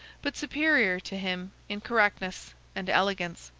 but superior to him in correctness and elegance.